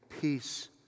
peace